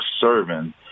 serving